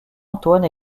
antoine